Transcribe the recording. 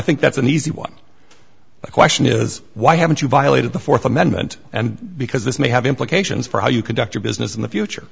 think that's an easy one the question is why haven't you violated the fourth amendment and because this may have implications for how you conduct your business in the future